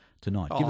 Tonight